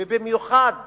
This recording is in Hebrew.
ובמיוחד